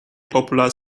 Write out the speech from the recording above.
popular